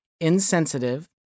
insensitive